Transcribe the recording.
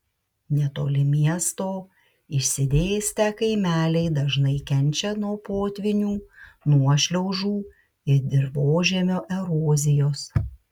netoli miesto išsidėstę kaimeliai dažnai kenčia nuo potvynių nuošliaužų ir dirvožemio erozijos